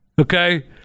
okay